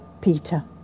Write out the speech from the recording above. Peter